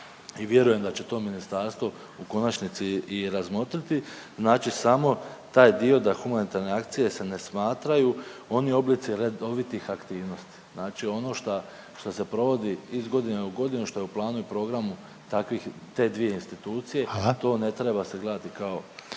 i vjerujem da će to ministarstvo u konačnici i razmotriti. Znači samo taj dio da humanitarne akcije se ne smatraju oni oblici redovitih aktivnosti. Znači ono šta, što se provodi iz godine u godinu i što je u planu i programu takvih, te dvije institucije …/Upadica Željko